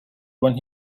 when